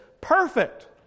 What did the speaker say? perfect